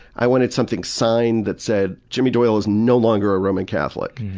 i wanted something signed that said jimmy doyle is no longer a roman catholic.